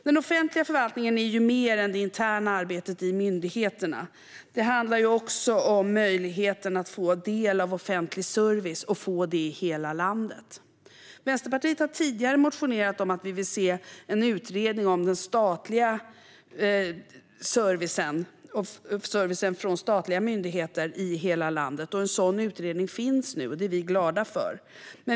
Den offentliga förvaltningen är mer än det interna arbetet i myndigheterna. Det handlar också om möjligheterna att få del av offentlig service och att kunna få det i hela landet. Vi i Vänsterpartiet har tidigare motionerat om att vi vill se en utredning om servicen i statliga myndigheter i hela landet. En sådan utredning finns nu, vilket vi är glada för.